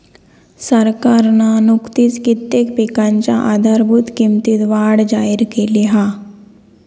सरकारना नुकतीच कित्येक पिकांच्या आधारभूत किंमतीत वाढ जाहिर केली हा